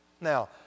Now